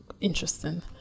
interesting